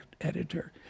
editor